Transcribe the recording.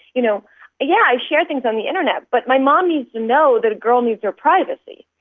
you know yeah i share things on the internet but my mom needs to know that a girl needs her privacy.